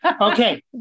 Okay